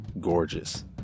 gorgeous